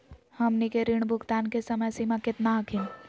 हमनी के ऋण भुगतान के समय सीमा केतना हखिन?